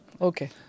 Okay